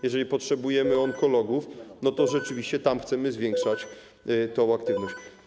Jeżeli potrzebujemy onkologów, to rzeczywiście tam chcemy zwiększać tę aktywność.